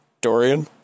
Dorian